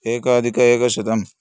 एकाधिकैकशतम्